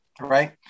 right